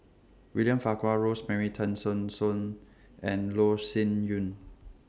William Farquhar Rosemary Tessensohn and Loh Sin Yun